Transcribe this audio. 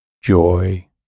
joy